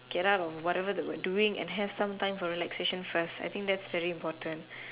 get out of whatever that we're doing and have some time for relaxation first I think that's very important